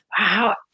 wow